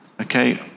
okay